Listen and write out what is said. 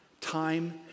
Time